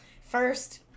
First